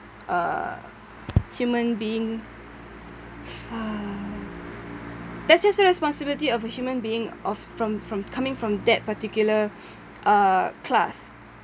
uh human being uh that's just a responsibility of a human being of from from coming from that particular uh class